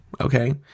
Okay